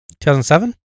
2007